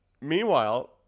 meanwhile